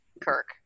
Kirk